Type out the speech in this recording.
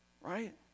right